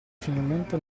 finalmente